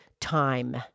time